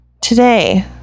today